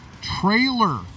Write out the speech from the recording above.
trailer